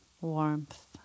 warmth